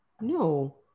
no